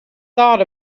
thought